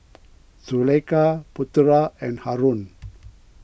Zulaikha Putera and Haron